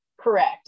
correct